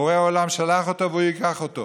בורא עולם שלח אותו והוא ייקח אותו